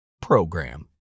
PROGRAM